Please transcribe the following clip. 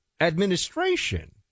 administration